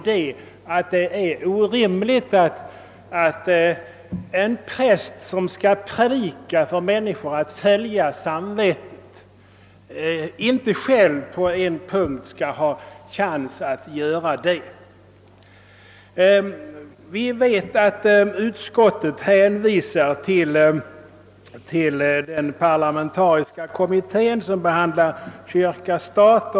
Det är orimligt att en präst, som skall predika för människor att de skall följa sitt samvete, på en punkt inte själv skall ha chans att göra det. Utskottet hänvisar till den parlamentariska kommitté som behandlar kyrka —Sstat-utredningen.